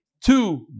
two